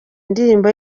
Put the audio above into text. indirimbo